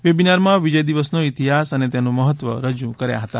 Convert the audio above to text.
વેબીનારમાં વિજય દિવસ નો ઇતિહાસ અને તેનું મહત્વ રજૂ કર્યા હતા